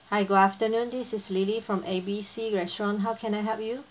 hi good afternoon this is lily from A B C restaurant how can I help you